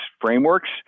frameworks